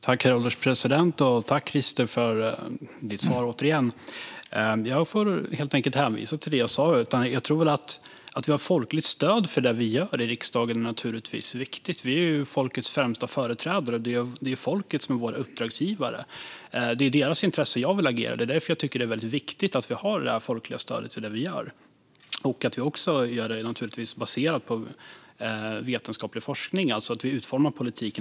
Herr ålderspresident! Tack, återigen, till Christer för hans svar. Jag får helt enkelt hänvisa till det jag sa. Att vi har folkligt stöd för det vi gör i riksdagen är naturligtvis viktigt. Vi är ju folkets främsta företrädare. Det är folket som är vår uppdragsgivare. Det är i dess intresse jag vill agera. Det är därför jag tycker att det är väldigt viktigt att vi har ett folkligt stöd för det vi gör, och naturligtvis också att vi utformar politiken baserat på vetenskaplig forskning.